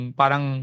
parang